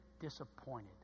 disappointed